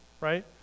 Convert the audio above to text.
right